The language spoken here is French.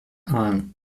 ahun